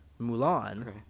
Mulan